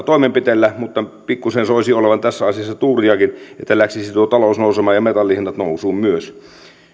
toimenpiteillä mutta pikkuisen soisi olevan tässä asiassa tuuriakin että lähtisi tuo talous nousemaan ja metallihinnat nousuun myös